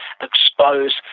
expose